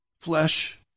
flesh